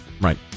Right